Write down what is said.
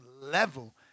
level